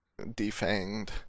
defanged